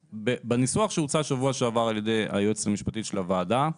בניסוח שהוצע בשבוע שעבר על ידי היועצת המשפטית של הוועדה,